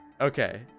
okay